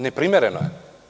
Neprimereno je.